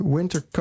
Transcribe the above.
Winter